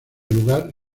lugar